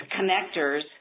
connectors